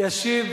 ישיב